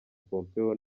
pompeo